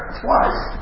twice